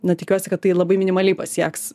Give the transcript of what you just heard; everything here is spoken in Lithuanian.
na tikiuosi kad tai labai minimaliai pasieks